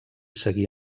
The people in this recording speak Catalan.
seguir